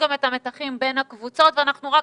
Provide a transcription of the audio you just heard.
אנחנו יוצרים מתחים בין הקבוצות,